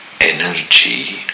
energy